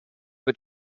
but